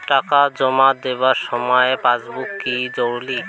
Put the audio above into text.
টাকা জমা দেবার সময় পাসবুক কি জরুরি?